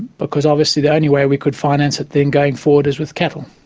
because obviously the only way we could finance it then going forward is with cattle.